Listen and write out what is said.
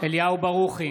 אליהו ברוכי,